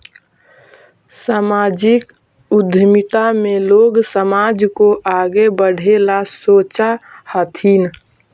सामाजिक उद्यमिता में लोग समाज को आगे बढ़े ला सोचा हथीन